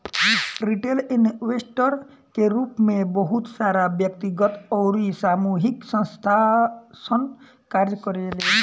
retail investor के रूप में बहुत सारा व्यक्तिगत अउरी सामूहिक संस्थासन कार्य करेले